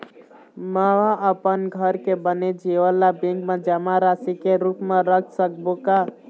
म अपन घर के बने जेवर ला बैंक म जमा राशि के रूप म रख सकबो का?